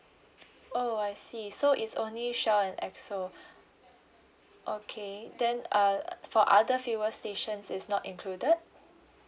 oh I see so is only shell and esso okay then uh for other fuel stations is not included